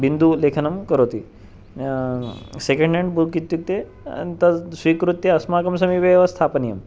बिन्दुलेखनं करोति second hand book इत्युक्ते तत् स्वीकृत्य अस्माकं समीपे एव स्थापनीयम्